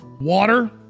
water